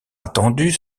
attendu